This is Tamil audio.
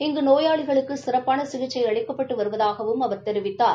இங்கு நோயாளிகளுக்கு சிறப்பான சிகிச்சை அளிக்கப்பட்டு வருவதாகவும் அவர் தெரிவித்தார்